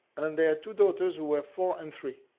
and they had two daughters who were four and three.